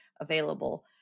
available